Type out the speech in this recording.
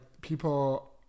People